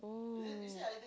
oh